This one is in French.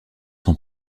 son